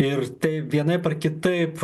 ir tai vienaip ar kitaip